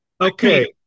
Okay